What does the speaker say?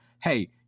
hey